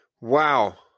Wow